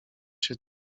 się